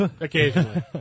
Occasionally